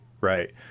right